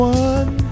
one